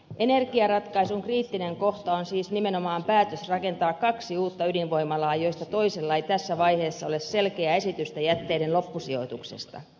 energiaratkaisun kriittinen kohta on siis nimenomaan päätös rakentaa kaksi uutta ydinvoimalaa joista toisella ei tässä vaiheessa ole selkeää esitystä jätteiden loppusijoituksesta